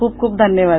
खुप खुप धन्यवाद